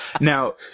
Now